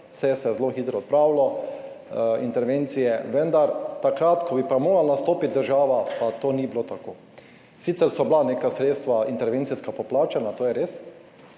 vse se je zelo hitro odpravilo, intervencije, vendar takrat, ko bi pa morala stopiti država, pa to ni bilo tako. Sicer so bila neka intervencijska sredstva poplačana, to je res,